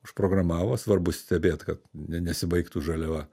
užprogramavo svarbu stebėt kad ne nesibaigtų žaliava